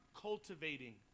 cultivating